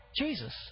Jesus